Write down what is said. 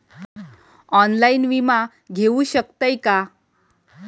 Online विमा घेऊ शकतय का?